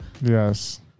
Yes